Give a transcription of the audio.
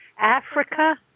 Africa